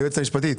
היועצת המשפטית,